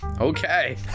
okay